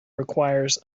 requires